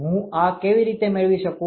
હું આ કેવી રીતે મેળવી શકું